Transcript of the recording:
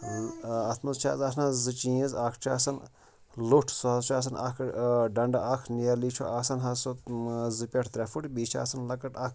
ٲں اَتھ منٛز چھِ حظ آسان زٕ چیٖز اَکھ چھُ آسان لوٚٹھ سُہ حظ چھُ آسان اَکھ ٲں ڈَنٛڈٕ اَکھ نیَرلی چھُ آسان حظ سُہ ٲں زٕ پٮ۪ٹھ ترٛےٚ فٹ بیٚیہِ چھِ آسان لَکٕٹۍ اَکھ